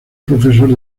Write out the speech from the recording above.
profesor